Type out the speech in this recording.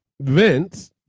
Vince